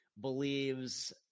believes